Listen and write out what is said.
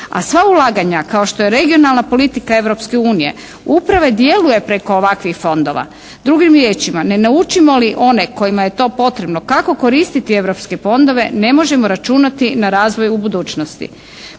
A sva ulaganja kao što je regionalna politika Europske unije upravo djeluje preko ovakvih fondova. Drugim riječima, ne naučimo li one kojima je to potrebno kako koristiti europske fondove ne možemo računati na razvoj u budućnosti.